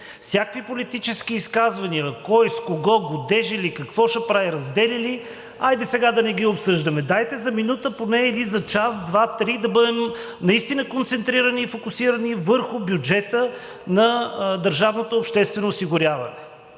Всякакви политически изказвания – кой, с кого, годежи ли, какво ще прави, раздели ли – хайде сега да не ги обсъждаме. Дайте за минута поне или за час, два, три да бъдат наистина концентрирани и фокусирани върху бюджета на